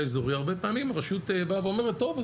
אזורי הרבה פעמים הרשות באה ואומרת טוב,